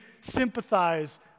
sympathize